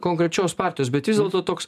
konkrečios partijos bet vis dėlto toks